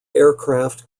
aircraft